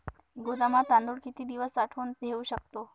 गोदामात तांदूळ किती दिवस साठवून ठेवू शकतो?